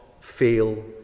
feel